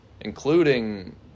including